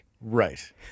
Right